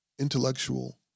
intellectual